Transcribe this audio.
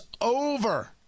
over